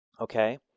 okay